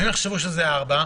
הם יחשבו שזה 16:00,